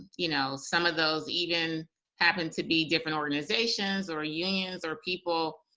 you know some of those even happen to be different organizations or unions or people.